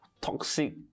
toxic